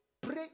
Pray